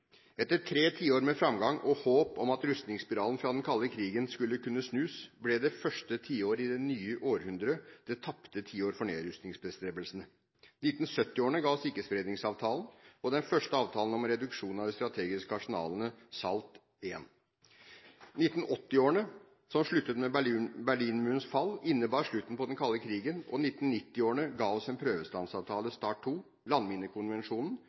Etter tre tiår med framgang og håp om at rustningsspiralen fra den kalde krigen skulle kunne snus, ble det første tiåret i det nye århundret det tapte tiår for nedrustningsbestrebelsene. 1970-årene ga oss ikke-spredningsavtalen og den første avtalen om reduksjon av de strategiske arsenalene, SALT I. 1980-årene, som sluttet med Berlinmurens fall, innebar slutten på den kalde krigen, og 1990-årene ga oss en prøvestansavtale, START II, landminekonvensjonen